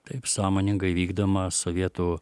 taip sąmoningai vykdoma sovietų